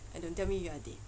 don't tell me you are dead